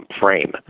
frame